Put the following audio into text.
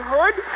Hood